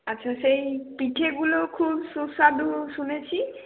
আচ্ছা সেই পিঠেগুলো খুব সুস্বাদু শুনেছি